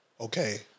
Okay